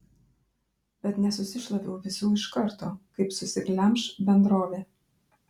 bet nesusišlaviau visų iš karto kaip susiglemš bendrovė